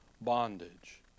bondage